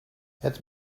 het